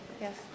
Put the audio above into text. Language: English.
Yes